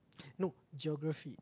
no Geography